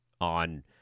on